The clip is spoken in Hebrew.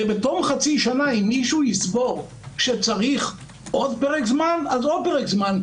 ובתום חצי שני אם מישהו יסבור שצריך עוד פרק זמן אז עוד פרק זמן.